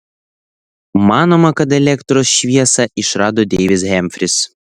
manoma kad elektros šviesą išrado deivis hemfris